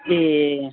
ए